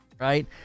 Right